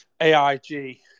AIG